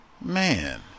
man